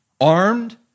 armed